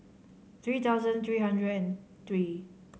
three thousand three hundred and three